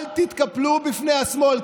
אל תתקפלו בפני השמאל,